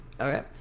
Okay